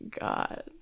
god